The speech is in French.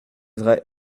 vrai